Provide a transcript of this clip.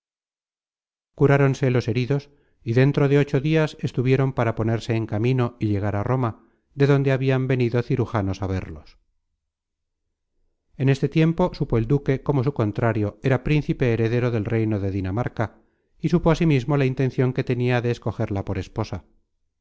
pensamientos curáronse los heridos y dentro de ocho dias estuvieron para ponerse en camino y llegar a roma de donde habian venido cirujanos á verlos content from google book search generated at en este tiempo supo el duque cómo su contrario era principe heredero del reino de dinamarca y supo ansimismo la intencion que tenia de escogerla por esposa